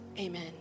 Amen